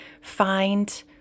find